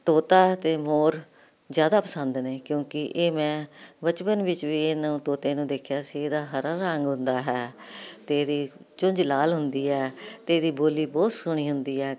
ਤੋਤਾ ਅਤੇ ਮੋਰ ਜ਼ਿਆਦਾ ਪਸੰਦ ਨੇ ਕਿਉਂਕਿ ਇਹ ਮੈਂ ਬਚਪਨ ਵਿੱਚ ਵੀ ਇਨ੍ਹਾਂ ਤੋਤਿਆਂ ਨੂੰ ਦੇਖਿਆ ਸੀ ਇਹਦਾ ਹਰਾ ਰੰਗ ਹੁੰਦਾ ਹੈ ਅਤੇ ਇਹਦੀ ਚੁੰਝ ਲਾਲ ਹੁੰਦੀ ਹੈ ਅਤੇ ਇਹਦੀ ਬੋਲੀ ਬਹੁਤ ਸੋਹਣੀ ਹੁੰਦੀ ਹੈ